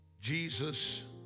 Jesus